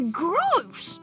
gross